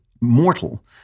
mortal